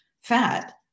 fat